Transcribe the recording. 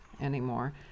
anymore